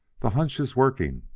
the hunch is working!